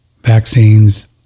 Vaccines